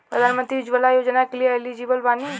प्रधानमंत्री उज्जवला योजना के लिए एलिजिबल बानी?